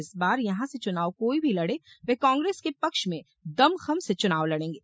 इस बार यहां से चुनाव कोई भी लड़े वे कांग्रेस के पक्ष में दमखम से चुनाव लड़ेंगे